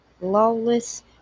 Lawless